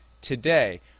today